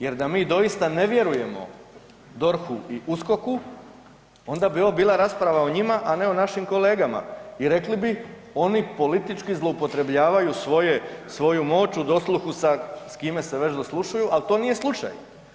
Jer da mi doista ne vjerujemo DORH-u i USKOK-u onda bi ovo bila rasprava o njima, a ne o našim kolegama i rekli bi oni politički zloupotrebljavaju svoje, svoju moć u dosluhu sa kime se već doslušuju ali to nije slučaj.